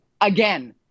again